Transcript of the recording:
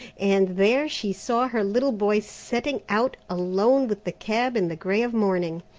and there she saw her little boy setting out alone with the cab in the gray of morning.